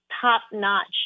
top-notch